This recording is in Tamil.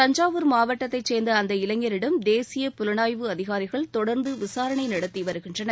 தஞ்சாவூர் மாவட்டத்தைச் சேர்ந்த அந்த இளைஞரிடம் தேசிய புலனாய்வு அதிகாரிகள் தொடர்ந்து விசாரணை நடத்தி வருகின்றனர்